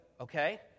okay